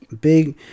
big